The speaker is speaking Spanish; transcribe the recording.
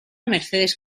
mercedes